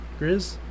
Grizz